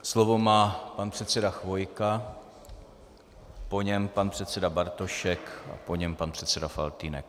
Slovo má pan předseda Chvojka, po něm pan předseda Bartošek a po něm pan předseda Faltýnek.